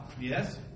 yes